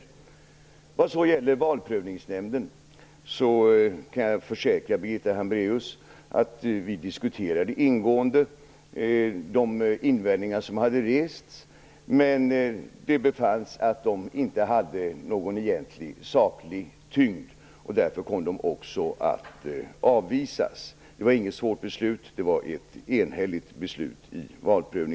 När det sedan gäller Valprövningsnämnden kan jag försäkra Birgitta Hambraeus att vi diskuterade ingående de invändningar som hade rests, men det befanns att de inte hade någon egentlig saklig tyngd. Därför kom också invändningarna att avvisas. Det var inget svårt beslut. Det var ett enhälligt beslut i